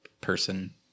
person